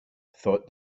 thought